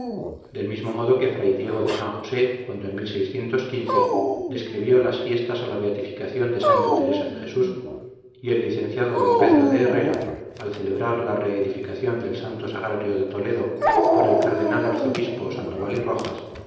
del mismo modo que fray diego de san josé cuando en describió las fiestas a la beatificación de santa teresa de jesus y el licenciado d pedro de herrera al celebrar la reedificación del santo sagrario de toledo por el cardenal arzobispo sandoval y rojas